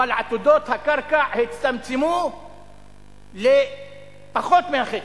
אבל עתודות הקרקע הצטמצמו לפחות מחצי.